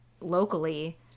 locally